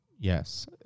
Yes